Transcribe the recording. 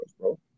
bro